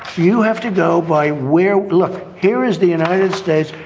you have to go by where? look, here is the united states.